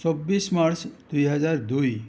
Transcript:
চৌব্বিশ March দুই হাজাৰ দুই